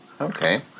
Okay